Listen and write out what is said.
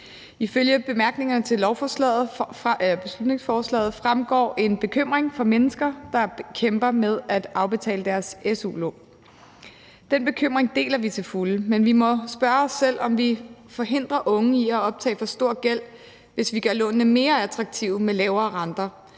til beslutningsforslaget fremgår en bekymring for mennesker, der kæmper med at afbetale deres su-lån. Den bekymring deler vi til fulde, men vi må spørge os selv, om vi forhindrer unge i at optage for stor gæld, hvis vi gør lånene mere attraktive med lavere renter.